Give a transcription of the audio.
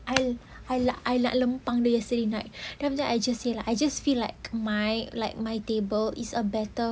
I'll I nak lempang dia the yesterday night then after that I just say like I just feel like my like my table is a better